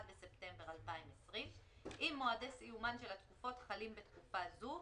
1 בספטמבר 2020. אם מועדי סיומן של התקופות חלים בתקופה זו,